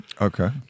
Okay